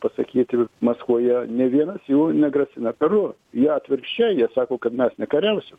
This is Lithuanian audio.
pasakyti maskvoje ne vienas jų negrasina karu jie atvirkščiai jie sako kad mes nekariausim